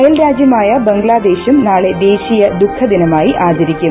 അയൽരാജ്യമായ ബംഗ്ലാദേശും നാളെ ദേശീയ ദുഃഖദീനമായി ആചരിക്കും